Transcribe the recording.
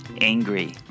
angry